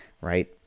right